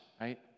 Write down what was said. right